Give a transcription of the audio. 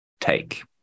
take